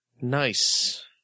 Nice